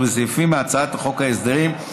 ובסעיפים מהצעת חוק ההסדרים,